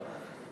להצבעה.